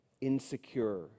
insecure